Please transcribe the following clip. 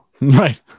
Right